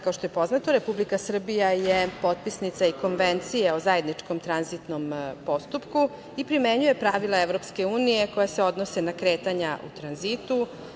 Kao što je poznato, Republika Srbija je potpisnica i Konvencije o zajedničkom tranzitnom postupku i primenjuje pravila EU koja se odnose na kretanja u tranzitu.